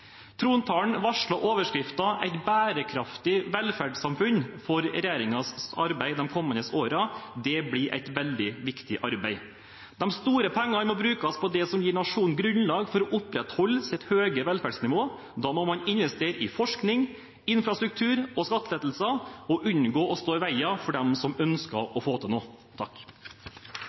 Trontalen varslet overskriften «Et bærekraftig velferdssamfunn» for regjeringens arbeid de kommende årene. Det blir et veldig viktig arbeid. De store pengene må brukes på det som gir nasjonen grunnlag for å opprettholde sitt høye velferdsnivå. Da må man investere i forskning, infrastruktur og skattelettelser, og unngå å stå i veien for dem som ønsker å få til noe.